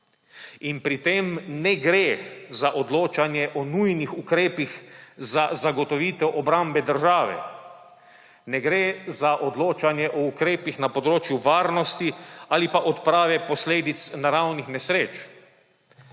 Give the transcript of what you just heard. In pri tem ne gre za odločanje o nujnih ukrepih za zagotovitev obrambe države, ne gre za odločanje o ukrepih na področju varnosti ali pa odprave posledic naravnih nesreč.